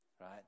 right